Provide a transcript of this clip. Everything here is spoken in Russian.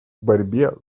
борьбе